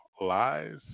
lies